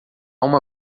uma